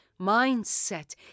mindset